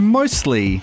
mostly